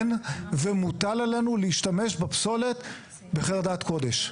כן ומוטל עלינו להשתמש בפסולת בחרדת קודש.